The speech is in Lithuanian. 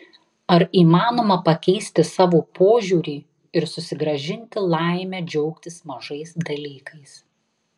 ar įmanoma pakeisti savo požiūrį ir susigrąžinti laimę džiaugtis mažais dalykais